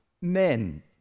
men